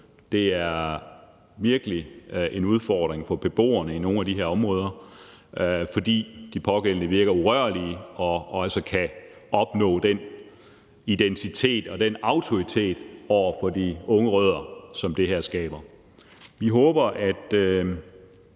det er virkelig en udfordring for beboerne i nogle af de her områder, fordi de pågældende virker urørlige og altså kan opnå den identitet og den autoritet over for de unge rødder, som det her skaber.